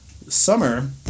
Summer